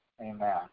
Amen